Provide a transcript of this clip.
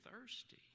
thirsty